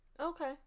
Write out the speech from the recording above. Okay